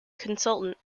consultant